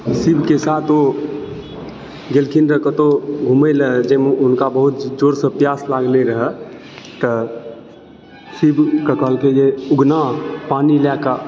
शिवके साथ ओ गेलखिन रहए कतहुँ घुमए लऽ जाहिमे हुनका बहुत जोरसँ प्यास लागलै रहऽ तऽ शिवके कहलकै जे ऊगना पानि लए कऽ